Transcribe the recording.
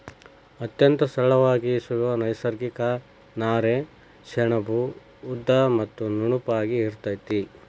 ಅತ್ಯಂತ ಸರಳಾಗಿ ಸಿಗು ನೈಸರ್ಗಿಕ ನಾರೇ ಸೆಣಬು ಉದ್ದ ಮತ್ತ ನುಣುಪಾಗಿ ಇರತತಿ